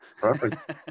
perfect